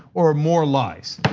or more lies.